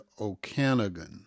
Okanagan